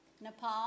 Nepal